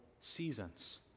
seasons